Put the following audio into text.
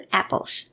apples